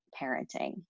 parenting